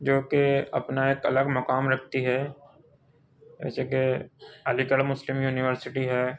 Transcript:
جو کہ اپنا ایک الگ مقام رکھتی ہے جیسے کہ علی گڑھ مسلم یونیورسٹی ہے